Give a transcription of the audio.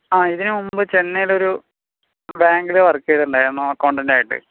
ആ ഇതിന് മുമ്പ് ചെന്നൈയിലൊരു ബാങ്കിൽ വർക്ക് ചെയ്തിട്ടുണ്ടായിരുന്നു അക്കൗണ്ടൻറ്റായിട്ട്